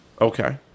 Okay